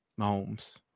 Mahomes